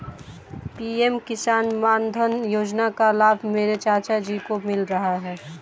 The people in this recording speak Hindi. पी.एम किसान मानधन योजना का लाभ मेरे चाचा जी को मिल रहा है